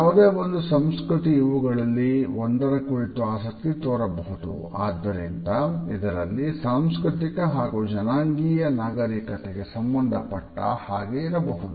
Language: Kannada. ಯಾವುದೇ ಒಂದು ಸಂಸ್ಕೃತಿ ಇವುಗಳಲ್ಲಿ ಒಂದರ ಕುರಿತು ಆಸಕ್ತಿ ತೋರಬಹುದು ಆದ್ದರಿಂದ ಇದರಲ್ಲಿ ಸಾಂಸ್ಕೃತಿಕ ಹಾಗೂ ಜನಾಂಗೀಯ ನಾಗರೀಕತೆಗೆ ಸಂಬಂಧಪಟ್ಟ ಹಾಗೆ ಇರಬಹುದು